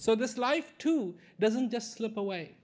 so this life too doesn't just slip away